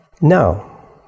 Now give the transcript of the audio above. No